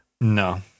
No